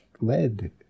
lead